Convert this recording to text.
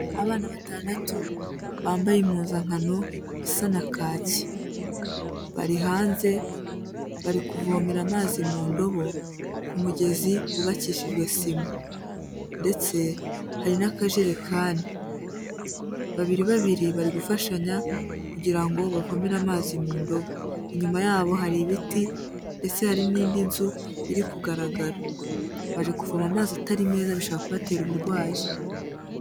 Abana batandatu bambaye impuzankano isa na kaki. Bari hanze, bari kuvomera amazi mu ndobo ku mugezi wubakishijwe sima ndetse hari n'akajerekani. Babiri babiri bari gufashanya kugira ngo bavomere amazi mu ndobo. Inyuma yabo hari ibiti ndetse hari n'indi nzu iri kugaragara. Baje kuvoma amazi atari meza bishobora kubatera uburwayi.